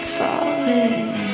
falling